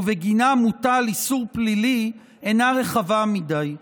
ובגינה מוטל איסור פלילי, אינה רחבה מדי.